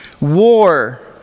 war